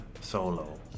Solo